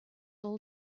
all